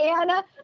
Anna